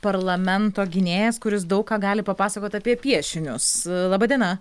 parlamento gynėjas kuris daug ką gali papasakot apie piešinius laba diena